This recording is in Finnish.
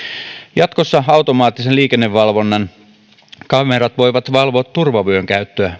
jatkossa automaattisen liikennevalvonnan kamerat voivat valvoa turvavyön käyttöä